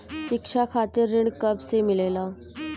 शिक्षा खातिर ऋण कब से मिलेला?